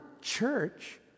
church